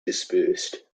dispersed